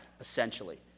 essentially